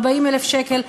40,000 שקל.